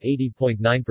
80.9%